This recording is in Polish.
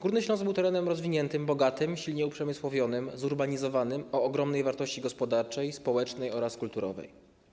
Górny Śląsk był terenem rozwiniętym, bogatym, silnie uprzemysłowionym, zurbanizowanym, o ogromnej wartości gospodarczej, społecznej oraz kulturowej.